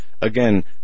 Again